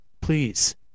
Please